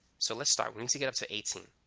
so let's start. we need to get up to eighteen.